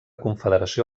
confederació